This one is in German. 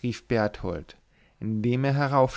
rief berthold indem er